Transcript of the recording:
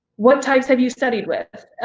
what types have you studied with?